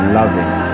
loving